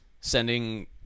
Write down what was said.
Sending